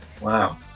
wow